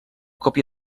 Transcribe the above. còpia